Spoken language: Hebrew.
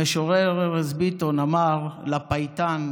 המשורר ארז ביטון אמר לפייטן,